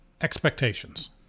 expectations